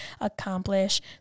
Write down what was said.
accomplish